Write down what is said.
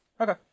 okay